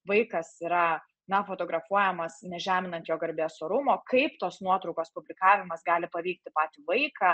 vaikas yra na fotografuojamas nežeminant jo garbės orumo kaip tos nuotraukos publikavimas gali paveikti patį vaiką